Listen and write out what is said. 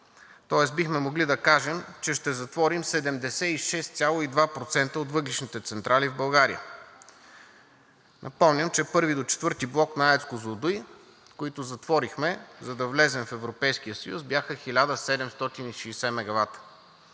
Тоест бихме могли да кажем, че ще затворим 76,2% от въглищните централи в България. Напомням, че I до IV блок на АЕЦ „Козлодуй“, които затворихме, за да влезем в Европейския съюз, бяха 1760 мегавата.